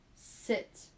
Sit